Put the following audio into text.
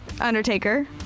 Undertaker